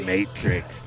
Matrix